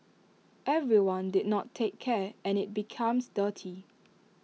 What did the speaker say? everyone did not take care and IT becomes dirty